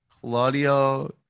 Claudio